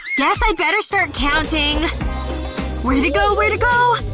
guess i'd better start counting where to go, where to go,